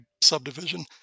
subdivision